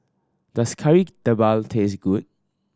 does Kari Debal taste good